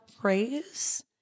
praise